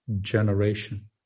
generation